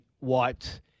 wiped